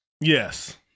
Yes